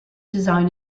design